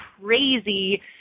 crazy